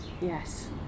Yes